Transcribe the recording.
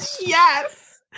Yes